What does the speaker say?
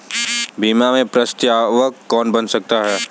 बीमा में प्रस्तावक कौन बन सकता है?